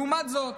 לעומת זאת,